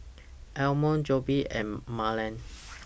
Ammon Jobe and Marland